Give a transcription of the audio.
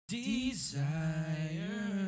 desire